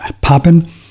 popping